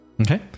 Okay